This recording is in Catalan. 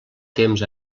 temps